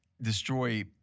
destroy